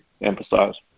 emphasize